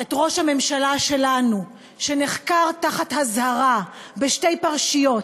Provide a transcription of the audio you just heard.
את ראש הממשלה שלנו שנחקר תחת אזהרה בשתי פרשיות,